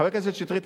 חבר הכנסת שטרית,